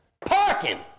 Parking